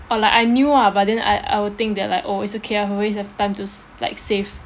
or like I knew ah but then I I would think that like oh it's okay I always have time to sa~ like save